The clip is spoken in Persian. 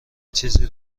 چیزی